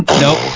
Nope